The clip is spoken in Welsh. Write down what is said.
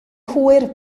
hwyr